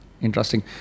Interesting